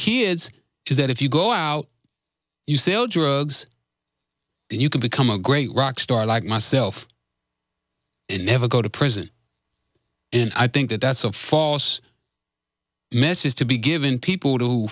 kids is that if you go out you sell drugs and you can become a great rock star like myself and never go to prison and i think that that's a false messages to be given people